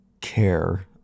care